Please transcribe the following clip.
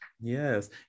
Yes